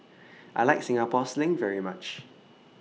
I like Singapore Sling very much